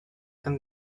and